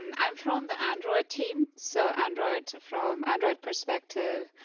and i'm from the android team. so, android to from android perspective,